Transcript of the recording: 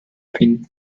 finden